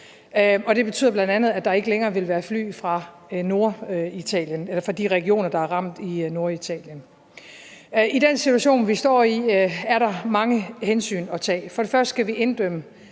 det betyder bl.a., at der ikke længere vil være fly fra de regioner, der er ramt, i Norditalien. I den situation, vi står i, er der mange hensyn at tage. For det første skal vi inddæmme